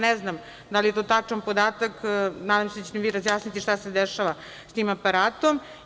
Ne znam da li je to tačan podatak, nadam se da ćete mi vi razjasniti šta se dešava sa tim aparatom?